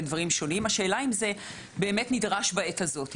השאלה אם זה באמת נדרש בעת הזאת.